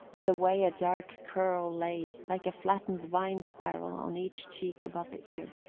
and the way a dark curl lay like a flattened vine spiral on each cheek above the ear.